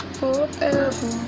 forever